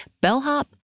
bellhop